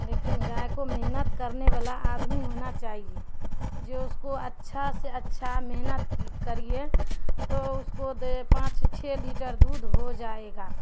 لیکن گائے کو محنت کرنے والا آدمی ہونا چاہیے جو اس کو اچھا سے اچھا محنت کی کریے تو اس کو دے پانچ چھ لیٹر دودھ ہو جائے گا